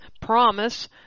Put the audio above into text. promise